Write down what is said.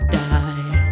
die